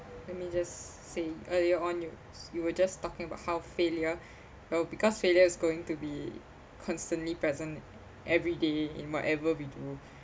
let me just say earlier on you you were just talking about how failure though because failure is going to be constantly present every day in whatever we do